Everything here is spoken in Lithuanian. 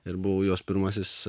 ir buvau jos pirmasis